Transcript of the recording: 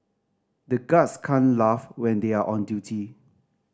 the guards can't laugh when they are on duty